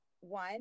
one